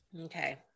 okay